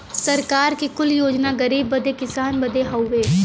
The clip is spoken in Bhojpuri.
सरकार के कुल योजना गरीब बदे किसान बदे हउवे